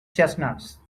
chestnuts